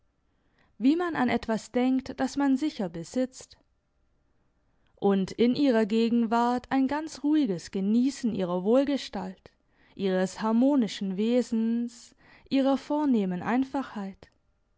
wie man an etwas denkt das man sicher besitzt und in ihrer gegenwart ein ganz ruhiges geniessen ihrer wohlgestalt ihres harmonischen wesens ihrer vornehmen einfachheit